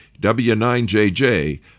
W9JJ